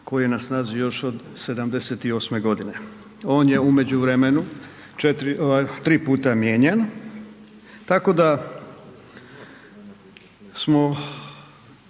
koji je na snazi još od '78. godine. On je u međuvremenu, 3x mijenjan tako da smo